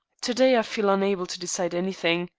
to-day i feel unable to decide anything.